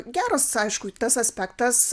geras aišku tas aspektas